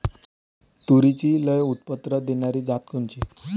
तूरीची लई उत्पन्न देणारी जात कोनची?